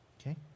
Okay